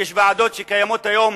יש ועדות שקיימות היום